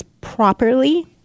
properly